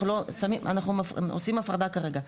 אנחנו עושים הפרדה כרגע.